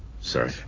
Sorry